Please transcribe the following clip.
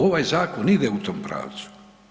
Ovaj zakon ide u tom pravcu.